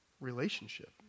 relationship